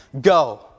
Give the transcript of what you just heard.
Go